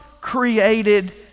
created